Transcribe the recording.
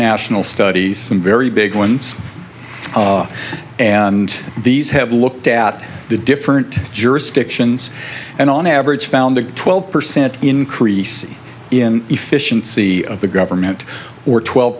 national studies some very big ones and these have looked at the different jurisdictions and on average found a twelve percent increase in efficiency of the government or twelve